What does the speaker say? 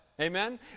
Amen